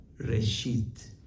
Reshit